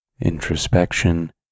introspection